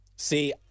See